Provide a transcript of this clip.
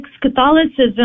Catholicism